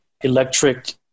electric